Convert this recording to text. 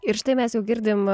ir štai mes jau girdim